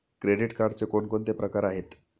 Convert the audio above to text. Credit कार्डचे कोणकोणते प्रकार आहेत?